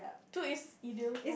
two is either